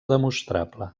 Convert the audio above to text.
demostrable